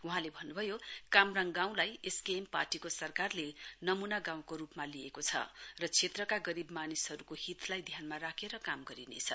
वहाँले भन्नभयो कामराङ गाउँलाई एसकेएम पार्टीको सरकारले नम्ना गाउँको रुपमा लिएको छ र क्षेत्रमा गरीब मानिसहरुको हितलाई ध्यानमा राखेर काम गरिनेछ